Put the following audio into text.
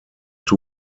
two